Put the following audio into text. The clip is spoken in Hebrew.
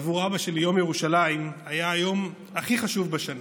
ועבור אבא שלי יום ירושלים היה היום הכי חשוב בשנה,